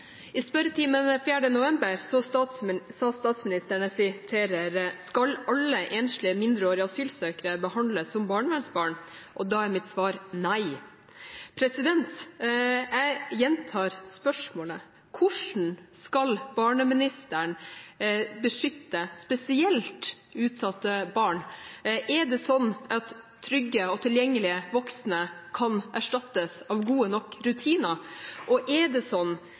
I spørretimen den 4. november sa statsministeren: «Skal alle enslige mindreårige asylsøkere behandles som om de er barnevernsbarn? Og da er mitt svar: Nei». Jeg gjentar spørsmålet: Hvordan skal barneministeren beskytte spesielt utsatte barn? Er det sånn at trygge og tilgjengelige voksne kan erstattes av gode nok rutiner? Og er det sånn